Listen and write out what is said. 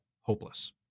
hopeless